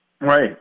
Right